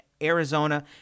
Arizona